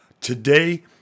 today